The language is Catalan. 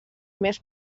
més